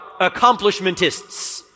accomplishmentists